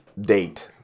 date